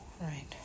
right